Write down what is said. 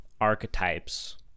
archetypes